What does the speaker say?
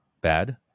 bad